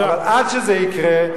אבל עד שזה יקרה,